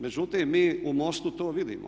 Međutim, mi u MOST-u to vidimo.